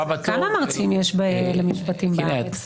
כמה מרצים למשפטים יש בארץ?